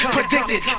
Predicted